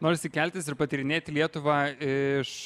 norisi keltis ir patyrinėti lietuvą iš